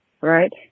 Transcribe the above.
right